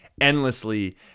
endlessly